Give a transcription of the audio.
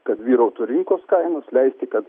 kad vyrautų rinkos kainos leisti kad